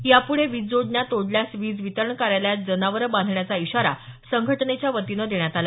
याप्ढे वीजजोडण्या तोडल्यास वीज वितरण कार्यालयात जनावरं बांधण्याचा इशारा संघटनेच्या वतीने देण्यात आला